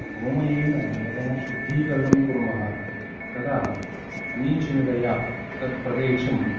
गोमयेन यदा शुद्धीकरणं कुर्मः तदा समीचीनतया तद्प्रदेशं